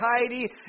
tidy